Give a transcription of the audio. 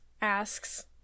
asks